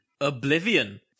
Oblivion